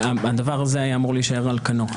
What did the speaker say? הדבר הזה היה אמור להישאר על כנו.